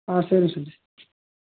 ஆ சரி சஞ்ஜய்